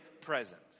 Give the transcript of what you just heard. presence